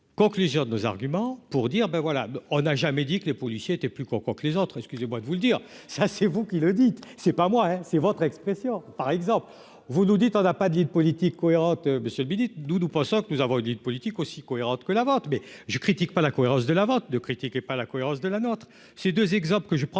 conclusion de nos arguments pour dire : ben voilà, on n'a jamais dit que les policiers étaient plus qu'on croit que les autres, excusez-moi de vous le dire ça c'est vous qui le dites, c'est pas moi c'est votre expression, par exemple, vous nous dites : on n'a pas dit de politique cohérente monsieur midi Doudou, pensant que nous avons politique aussi cohérente que la vente mais je critique pas la cohérence de la vente de critiquer pas la cohérence de la nôtre, ces 2 exemples que je prends